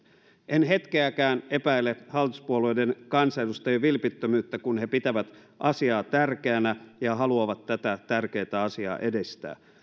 en hetkeäkään epäile hallituspuolueiden kansanedustajien vilpittömyyttä kun he pitävät asiaa tärkeänä ja haluavat tätä tärkeätä asiaa edistää